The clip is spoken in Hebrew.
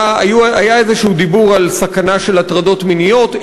היה איזשהו דיבור על סכנה של הטרדות מיניות,